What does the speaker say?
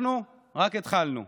אנחנו רק התחלנו.